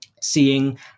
seeing